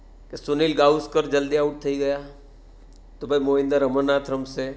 કે સુનિલ ગાવાસ્કર જલ્દી આઉટ થઈ ગયા તો ભાઈ મોહિન્દર અમરનાથ રમશે